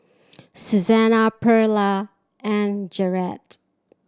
Susana Pearla and Garrett